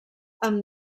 amb